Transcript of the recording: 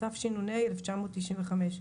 התשנ"ה-1995.